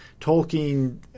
Tolkien